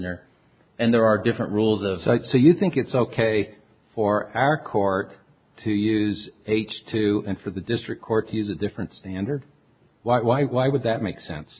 r and there are different rules of it so you think it's ok for our court to use h two and for the district court has a different standard why why why would that make sense